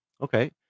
Okay